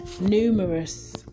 numerous